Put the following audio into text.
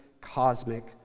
cosmic